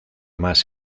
más